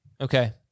Okay